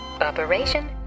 Operation